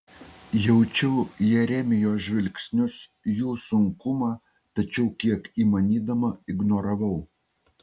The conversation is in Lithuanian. jaučiau jeremijo žvilgsnius jų sunkumą tačiau kiek įmanydama ignoravau